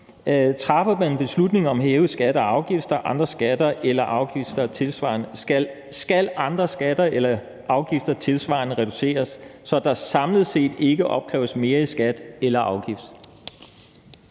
træffer man beslutning om at hæve skatter eller afgifter, skal andre skatter eller afgifter tilsvarende reduceres, så der samlet set ikke opkræves mere i skat eller afgift.